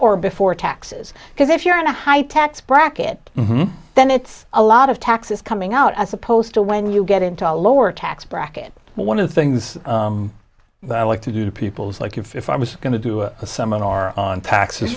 or before taxes because if you're in a high tax bracket then it's a lot of taxes coming out as opposed to when you get into a lower tax bracket but one of the things that i like to do to people is like if i was going to do a seminar on taxes